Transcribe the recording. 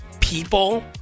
people